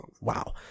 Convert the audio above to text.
wow